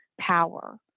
power